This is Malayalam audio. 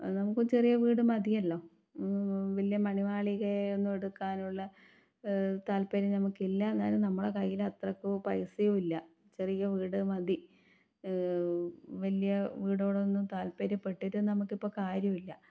നമുക്ക് ചെറിയ വീട് മതിയല്ലോ വലിയ മണിമാളിക ഒന്നും എടുക്കാനുള്ള താൽപ്പര്യം നമുക്കില്ലാ താനും നമ്മള കയ്യിലത്രക്ക് പൈസയും ഇല്ല ചെറിയ വീട് മതി വലിയ വീടോടൊന്നും താൽപ്പര്യപ്പെട്ടിട്ടും നമുക്കിപ്പം കാര്യമില്ല